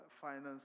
finance